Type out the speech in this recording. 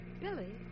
Billy